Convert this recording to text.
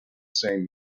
same